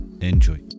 enjoy